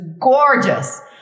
gorgeous